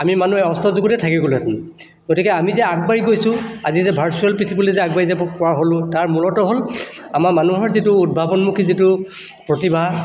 আমি মানুহে অস্ত যুগতে থাকি গ'লোহেঁতেন গতিকে আমি যে আগবাঢ়ি গৈছোঁ আজি যে ভাৰ্ছোৱেল পৃথিৱীলৈ যে আগুৱাই যাব পৰা হ'লোঁ তাৰ মূলতঃ হ'ল আমাৰ মানুহৰ যিটো উদ্ভাৱনমুখী যিটো প্ৰতিভা